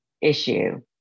issue